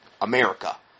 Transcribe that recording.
America